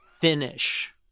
finish